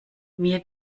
mir